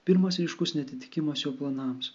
pirmas ryškus neatitikimas jo planams